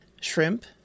shrimp